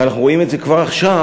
ואנחנו רואים את זה כבר עכשיו,